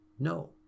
No